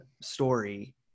story